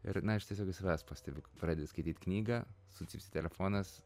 ir na aš tiesiog iš savęs pastebiu pradedi skaityt knygą sucypsi telefonas